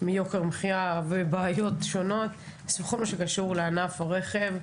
מיוקר המחיה ומבעיות שונות בכל מה שקשור לענף הרכב.